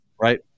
Right